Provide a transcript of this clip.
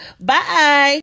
Bye